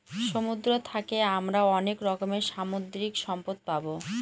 সমুদ্র থাকে আমরা অনেক রকমের সামুদ্রিক সম্পদ পাবো